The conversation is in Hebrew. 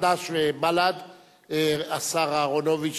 חד"ש ובל"ד השר אהרונוביץ,